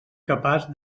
capaç